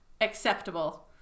Acceptable